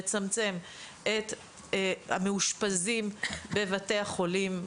נוכל לצמצם את כמות המאושפזים בבתי החולים,